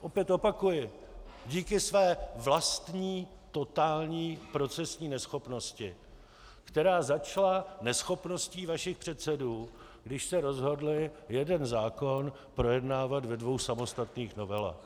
Opět opakuji: díky své vlastní totální procesní neschopnosti, která začala neschopností vašich předsedů, když se rozhodli jeden zákon projednávat ve dvou samostatných novelách.